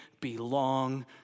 belong